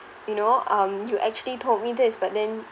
you know um you actually told me this but then